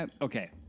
Okay